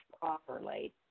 properly